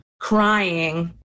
crying